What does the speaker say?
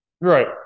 right